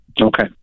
Okay